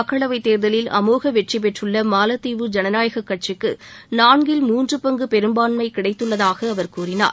மக்களவைத் தேர்தலில் அமோக வெற்றி பெற்றுள்ள மாலத்தீவு ஜனநாயக கட்சிக்கு நான்கில் மூன்று பங்கு பெரும்பான்மை கிடைத்துள்ளதாக அவர் கூறினார்